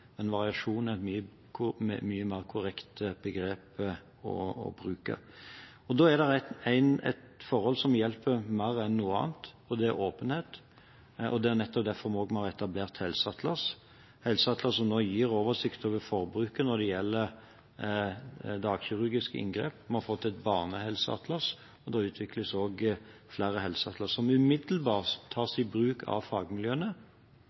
men variasjon er et mye mer korrekt begrep å bruke. Da hjelper ett forhold mer enn noe annet, og det er åpenhet. Nettopp derfor har vi også etablert Helseatlas, som nå gir oversikt over forbruket når det gjelder dagkirurgiske inngrep. Vi har fått et Barnehelseatlas, og det utvikles flere helseatlas som umiddelbart tas i bruk av fagmiljøene